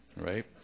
right